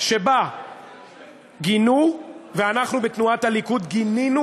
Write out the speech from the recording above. שבה גינו ואנחנו בתנועת הליכוד גינינו